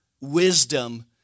wisdom